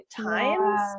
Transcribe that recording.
times